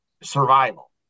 survival